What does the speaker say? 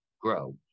grow